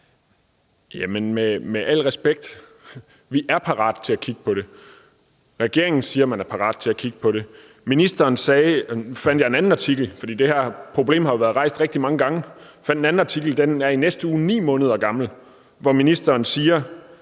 Jamen med al respekt: Vi er parate til at kigge på det. Regeringen siger, at man er parat til at kigge på det. Nu fandt jeg en anden artikel – for det her problem har jo været rejst rigtig mange gange – som i næste uge er 9 måneder gammel, og hvor ministeren